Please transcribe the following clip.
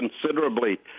considerably